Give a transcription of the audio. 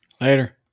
later